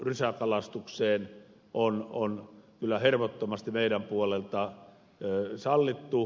rysäkalastukseen on kyllä hervottomasti meidän puolelta sallittu